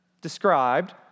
described